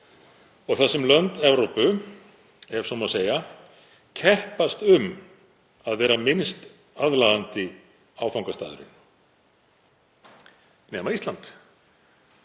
og þar sem lönd Evrópu, ef svo má segja, keppast um að vera minnst aðlaðandi áfangastaðurinn, nema Ísland